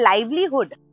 livelihood